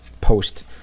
post